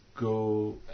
go